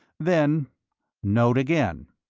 then note again.